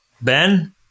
Ben